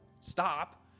stop